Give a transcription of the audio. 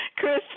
Chris